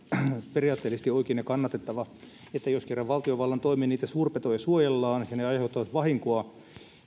periaatteellisesti oikein ja kannatettava että jos kerran valtiovallan toimin niitä suurpetoja suojellaan ja ne aiheuttavat vahinkoa